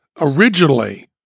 Originally